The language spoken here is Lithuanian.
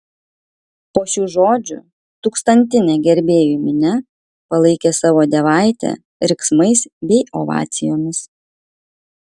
po šių žodžių tūkstantinė gerbėjų minia palaikė savo dievaitę riksmais bei ovacijomis